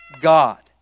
God